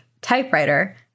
typewriter